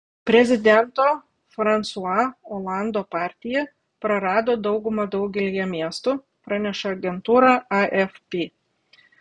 prezidento fransua olando partija prarado daugumą daugelyje miestų praneša agentūra afp